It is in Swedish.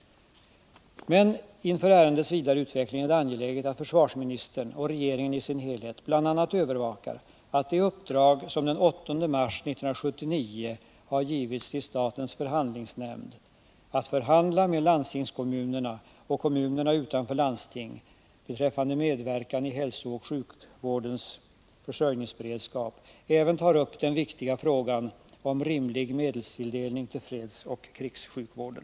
Men inför ärendets vidare utveckling är det angeläget att försvarsministern och regeringen i dess helhet bland annat övervakar att det uppdrag som den 18 mars 1979 har givits till statens förhandlingsnämnd — att förhandla med landstingskommunerna och kommunerna utanför landsting beträffande medverkan i hälsooch sjukvårdens försörjningsberedskap — även kommer att omfatta den viktiga frågan om rimlig medelstilldelning till fredsoch krigssjukvården.